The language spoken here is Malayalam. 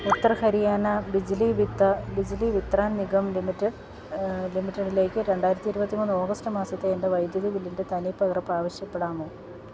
ഉത്തർ ഹരിയാന ബിജിലി വിത്രാൻ നിഗം ലിമിറ്റഡിലേക്ക് രണ്ടായിരത്തി ഇരുപത്തിമൂന്ന് ഓഗസ്റ്റ് മാസത്തെ എൻ്റെ വൈദ്യുതി ബില്ലിൻ്റെ തനിപ്പകർപ്പാവശ്യപ്പെടാമോ